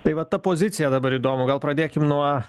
tai va ta pozicija dabar įdomu gal pradėkim nuo